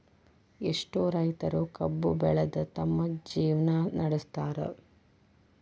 ಎಷ್ಟೋ ರೈತರು ಕಬ್ಬು ಬೆಳದ ತಮ್ಮ ಜೇವ್ನಾ ನಡ್ಸತಾರ